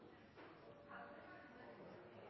sa